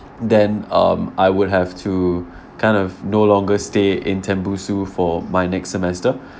then um I would have to kind of no longer stay in tembusu for my next semester